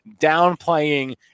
downplaying